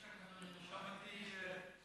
ההצעה להעביר את